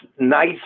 nice